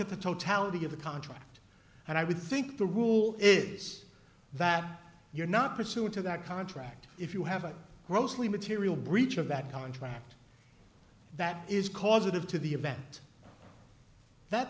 at the totality of the contract and i would think the rule is that you're not pursuant to that contract if you have a grossly material breach of that contract that is causative to the event that